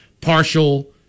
partial